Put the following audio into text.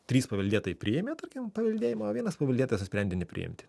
trys paveldėtojai priėmė tarkim paveldėjimą o vienas paveldėtojas nusprendė nepriimti